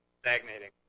stagnating